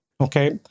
Okay